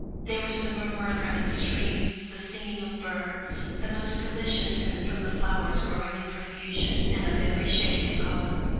there was the murmur of running streams, the singing of birds, the most delicious scent from the flowers growing in profusion and of every shade of colour.